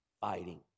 fighting